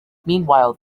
meanwhile